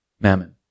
Mammon